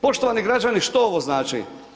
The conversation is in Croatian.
Poštovani građani što ovo znači?